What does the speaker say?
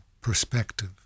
perspective